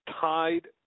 Tied